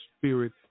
spirit